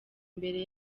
imbere